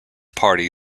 party